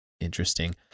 Interesting